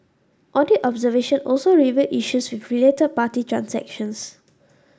audit observation also revealed issues with related party transactions